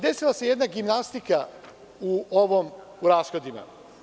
Desila se jedna gimnastika u rashodima.